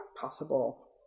possible